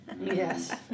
Yes